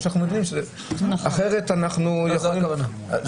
זאת הכוונה.